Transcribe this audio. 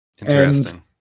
Interesting